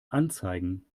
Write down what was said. anzeigen